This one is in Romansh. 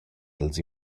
dals